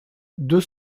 deux